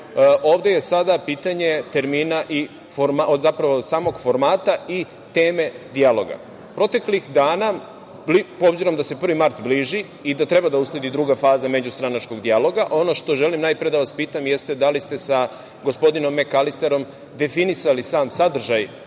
ovde je sada pitanje samog formata i teme dijaloga. Obzirom da se 1. mart bliži i da treba da usledi druga faza međustranačkog dijaloga, ono što želim da vas pitam jeste da li ste sa gospodinom Mekalisterom definisali sam sadržaj